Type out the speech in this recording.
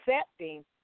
accepting